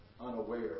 unaware